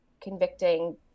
convicting